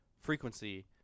frequency